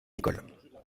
écoles